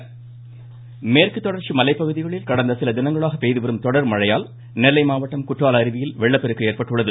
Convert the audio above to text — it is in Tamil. சூசூசூ குற்றாலம் மேற்கு தொடர்ச்சி மலை பகுதிகளில் கடந்த சில தினங்களாக பெய்துவரும் தொடர் கன மழையால் நெல்லை மாவட்டம் குற்றால அருவியில் வெள்ளப்பெருக்கு ஏற்பட்டுள்ளது